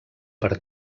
per